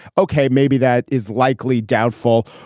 ok, maybe that is likely doubtful.